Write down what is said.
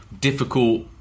Difficult